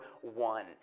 one